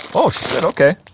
oh shit, ok.